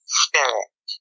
spirit